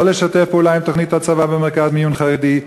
ולא לשתף פעולה עם תוכנית הצבא במרכז מיון חרדי,